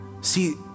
See